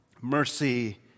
Mercy